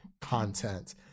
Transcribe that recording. content